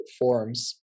forms